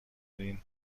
این